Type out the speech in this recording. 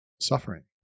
suffering